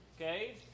okay